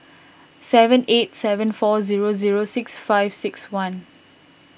seven eight seven four zero zero six five six one